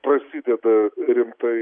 prasideda rimtai